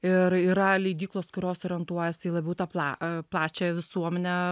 ir yra leidyklos kurios orientuojasi labiau tą pla e pačią visuomenę